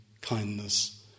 kindness